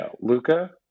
Luca